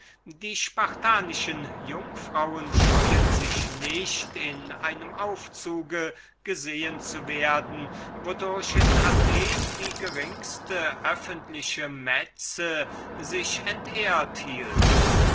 die spartanischen töchter scheuen sich nicht in einem aufzug gesehen zu werden wodurch in athen die geringste öffentliche metze sich entehrt hielte